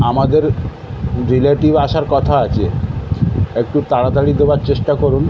আমাদের রিলেটিভ আসার কথা আছে একটু তাড়াতাড়ি দেবার চেষ্টা করুন